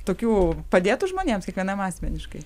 tokių padėtų žmonėms kiekvienam asmeniškai